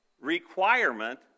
requirement